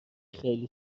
خیلی